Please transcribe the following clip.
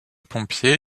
pompiers